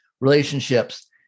relationships